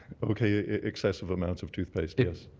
okay, excessive amounts of toothpaste, yes.